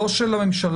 לא של הממשלה,